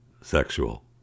sexual